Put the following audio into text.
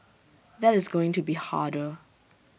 that is going to be harder